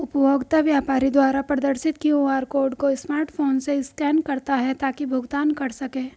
उपभोक्ता व्यापारी द्वारा प्रदर्शित क्यू.आर कोड को स्मार्टफोन से स्कैन करता है ताकि भुगतान कर सकें